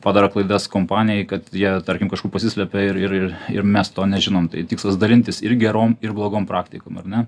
padaro klaidas kompanijai kad jie tarkim kažkur pasislepia ir ir ir ir mes to nežinom tai tikslas dalintis ir gerom ir blogom praktikom ar ne